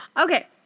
Okay